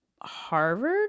Harvard